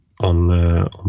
on